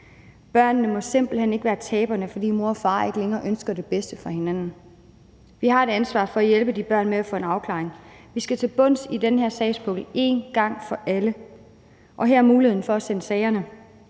Børnene må simpelt hen ikke være taberne, fordi mor og far ikke længere ønsker det bedste for hinanden. Vi har et ansvar for at hjælpe de børn med at få en afklaring. Vi skal til bunds i den her sagspukkel en gang for alle, og her er muligheden for at sende sagerne